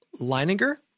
Leininger